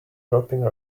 dropping